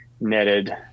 netted